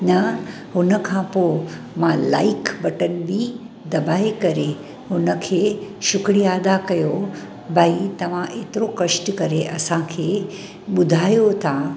न हुनखां पोइ मां लाइक बटणु बि दबाए करे हुनखे शुक्रिया अदा कयो भाई तव्हां एतिरो कष्ट करे असांखे ॿुधायो था